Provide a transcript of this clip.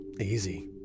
Easy